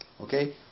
Okay